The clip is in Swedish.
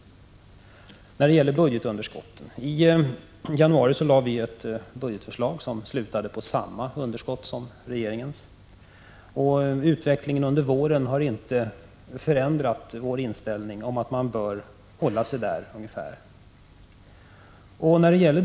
När det gäller budgetunderskottet lade vi i januari fram ett budgetförslag som slutade på samma underskott som regeringens, och utvecklingen under våren har inte förändrat vår inställning att man bör hålla sig ungefär vid den nivån.